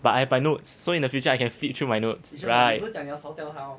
but I have my notes so in the future I can flip through my notes right